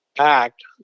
act